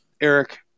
Eric